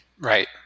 Right